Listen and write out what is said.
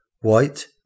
white